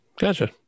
Gotcha